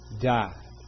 died